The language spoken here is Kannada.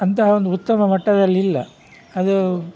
ಅಂತಹ ಒಂದು ಉತ್ತಮ ಮಟ್ಟದಲ್ಲಿಲ್ಲ ಅದು